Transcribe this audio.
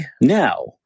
now